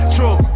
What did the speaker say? True